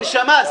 נשמה,